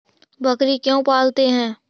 बकरी क्यों पालते है?